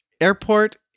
airport